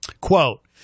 Quote